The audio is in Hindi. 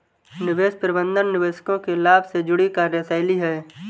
निवेश प्रबंधन निवेशकों के लाभ से जुड़ी कार्यशैली है